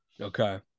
okay